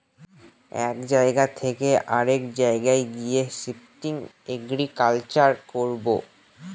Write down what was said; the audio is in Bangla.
এক জায়গা থকে অরেক জায়গায় গিয়ে শিফটিং এগ্রিকালচার করবো